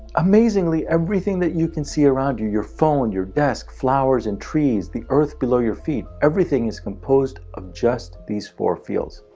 amazingly, everything that you can see around you your phone, your desk, flowers, and trees the earth below your feet, everything is composed of just these four fields.